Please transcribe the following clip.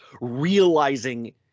realizing